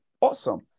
Awesome